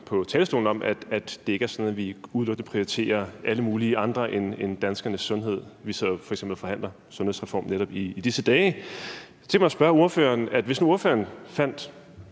på talerstolen i, at det ikke er sådan, at vi udelukkende prioriterer alle mulige andres end danskernes sundhed. Vi sidder f.eks. og forhandler sundhedsreform netop i disse dage. Jeg kunne godt tænke mig at spørge ordføreren: Hvis nu ordføreren fandt,